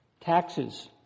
Taxes